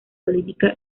política